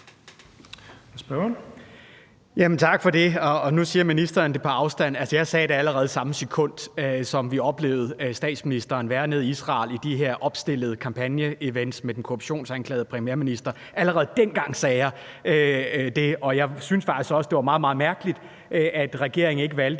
Tak for det. Nu siger ministeren, det er på afstand. Jeg sagde det allerede, samme sekund som vi oplevede statsministeren være nede i Israel i de her opstillede kampagneevents med den korruptionsanklagede premierminister. Allerede dengang sagde jeg det, og jeg synes faktisk også, at det var meget, meget mærkeligt, at regeringen ikke valgte